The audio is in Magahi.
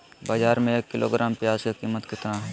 बाजार में एक किलोग्राम प्याज के कीमत कितना हाय?